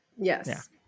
Yes